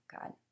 God